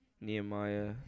Nehemiah